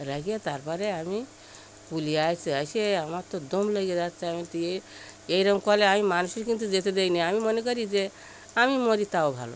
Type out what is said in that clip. রেখে তারপরে আমি পুলে এসেছি এসে আমার তো দম লেগে যাচ্ছে আমি এই রকম করলে আমি মানুষের কিন্তু যেতে দিইনি আমি মনে করি যে আমি মরি তাও ভালো